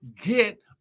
get